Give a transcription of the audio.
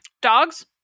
dogs